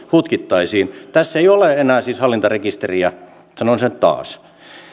hutkittaisiin tässä ei ole enää siis hallintarekisteriä sanon sen taas